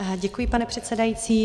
Děkuji, pane předsedající.